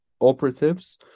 operatives